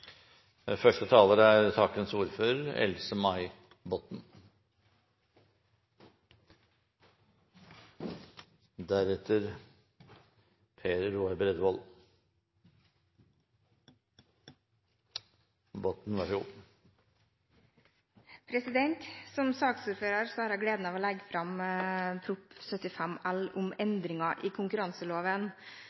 Som saksordfører har jeg gleden av å legge fram inntilling til Prop. 75 L om Endringer i konkurranseloven.